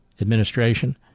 administration